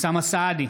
אוסאמה סעדי,